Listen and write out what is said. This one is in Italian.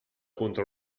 contro